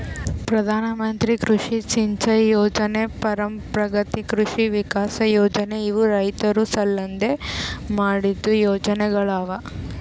ಪ್ರಧಾನ ಮಂತ್ರಿ ಕೃಷಿ ಸಿಂಚೈ ಯೊಜನೆ, ಪರಂಪ್ರಗತಿ ಕೃಷಿ ವಿಕಾಸ್ ಯೊಜನೆ ಇವು ರೈತುರ್ ಸಲೆಂದ್ ಮಾಡಿದ್ದು ಯೊಜನೆಗೊಳ್ ಅವಾ